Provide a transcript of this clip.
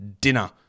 dinner